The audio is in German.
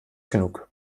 genug